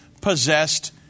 possessed